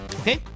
Okay